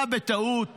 אתה בטעות